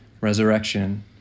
resurrection